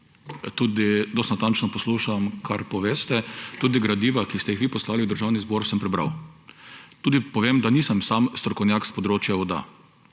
Tudi dosti natančno poslušam, kar poveste, pa tudi gradiva, ki ste jih poslali v Državni zbor, sem prebral. Tudi povem, da sam nisem strokovnjak s področja voda.